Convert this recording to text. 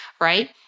right